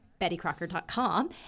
BettyCrocker.com